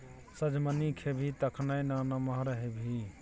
सजमनि खेबही तखने ना नमहर हेबही